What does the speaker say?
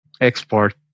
export